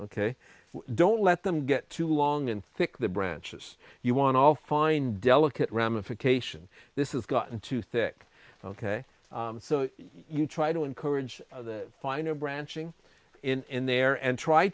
ok don't let them get too long and thick the branches you want all fine delicate ramification this is gotten too thick ok so you try to encourage the finer branching in there and try